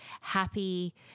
happy